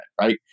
right